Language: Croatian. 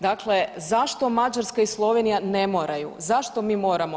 Dakle, zašto Mađarska i Slovenija ne moraju, zašto mi moramo?